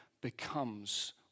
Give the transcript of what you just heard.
becomes